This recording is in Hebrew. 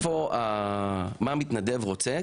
מה המתנדב רוצה,